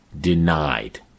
denied